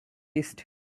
list